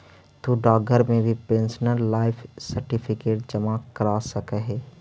तु डाकघर में भी पेंशनर लाइफ सर्टिफिकेट जमा करा सकऽ हे